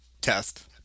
test